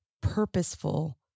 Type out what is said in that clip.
purposeful